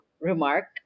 remark